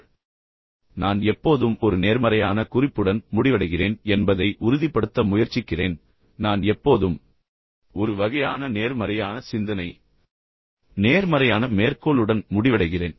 எனவே எனது சொற்பொழிவை நீங்கள் மீண்டும் கவனித்தால் நான் எப்போதும் ஒரு நேர்மறையான குறிப்புடன் முடிவடைகிறேன் என்பதை உறுதிப்படுத்த முயற்சிக்கிறேன் நான் எப்போதும் ஒரு வகையான நேர்மறையான சிந்தனை நேர்மறையான மேற்கோளுடன் முடிவடைகிறேன்